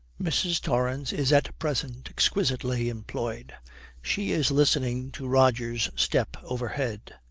mrs. torrance is at present exquisitely employed she is listening to roger's step overhead.